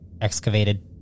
excavated